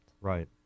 Right